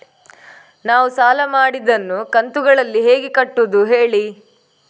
ನಾವು ಸಾಲ ಮಾಡಿದನ್ನು ಕಂತುಗಳಲ್ಲಿ ಹೇಗೆ ಕಟ್ಟುದು ಹೇಳಿ